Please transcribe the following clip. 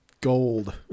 gold